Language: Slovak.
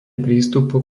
prístupu